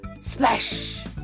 Splash